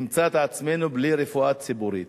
נמצא את עצמנו בלי רפואה ציבורית.